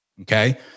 Okay